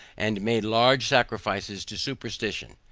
and made large sacrifices to superstition.